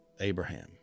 Abraham